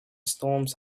storms